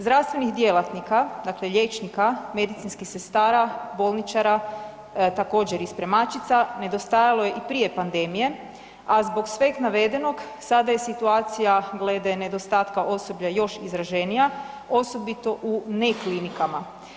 Zdravstvenih djelatnika, dakle liječnika, medicinskih sestara, bolničara također i spremačica nedostajalo je i prije pandemije, a zbog sveg navedenog sada je situacija glede nedostatka osoblja još izraženija, osobito u ne klinikama.